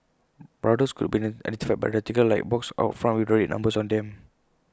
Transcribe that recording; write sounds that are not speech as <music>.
brothels could be <unintelligible> identified by A rectangular light box out front with red numbers on them